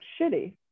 shitty